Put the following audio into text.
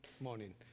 morning